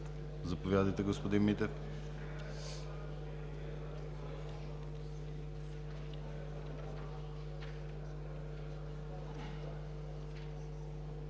Заповядайте, господин Митев.